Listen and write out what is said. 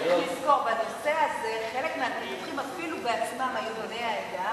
צריך לזכור שבנושא הזה חלק מהמתווכים אפילו היו בעצמם בני העדה